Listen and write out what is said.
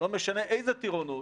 לא משנה איזה טירונות,